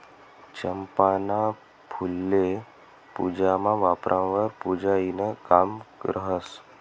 चंपाना फुल्ये पूजामा वापरावंवर पुन्याईनं काम रहास